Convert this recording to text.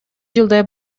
жылдай